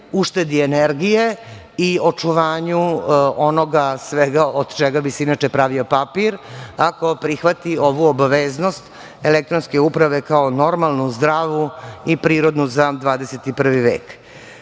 uštedi energije i očuvanju onoga svega od čega bi se inače pravio papir, ako prihvati ovu obaveznost elektronske uprave kao normalnu, zdravu i prirodnu za 21.